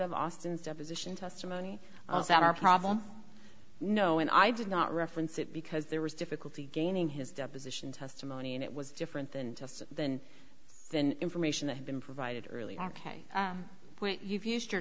of austen's deposition testimony that our problem no and i did not reference it because there was difficulty gaining his deposition testimony and it was different than just than the information that had been provided earlier point you've used your